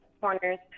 corners